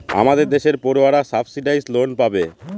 আমাদের দেশের পড়ুয়ারা সাবসিডাইস লোন পাবে